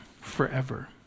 forever